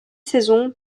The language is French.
saison